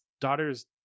daughter's